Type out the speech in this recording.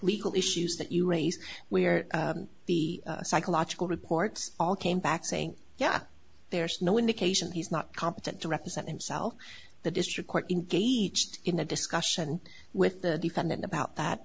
legal issues that you raise we're the psychological reports all came back saying yeah there's no indication he's not competent to represent himself the district court in each in a discussion with the defendant about that